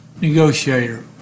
negotiator